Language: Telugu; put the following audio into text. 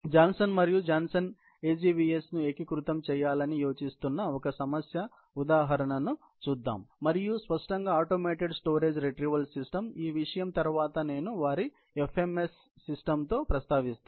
జాన్సన్ మరియు జాన్సన్ AGVS ను ఏకీకృతం చేయాలని యోచిస్తున్న ఒక సమస్య ఉదాహరణను చూద్దాం మరియు స్పష్టంగా ఆటోమేటెడ్ స్టోరేజ్ రిట్రీవల్ సిస్టమ్ ఈ విషయం తరువాత నేను వారి FMS సిస్టమ్తో ప్రస్తావిస్తాను